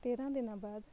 ਤੇਰ੍ਹਾਂ ਦਿਨਾਂ ਬਾਅਦ